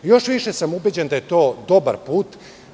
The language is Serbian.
Još više sam ubeđen da je to dobar put.